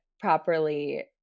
properly